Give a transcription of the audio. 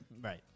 Right